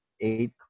eight